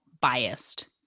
biased